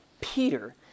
Peter